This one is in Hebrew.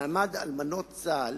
מעמד אלמנות צה"ל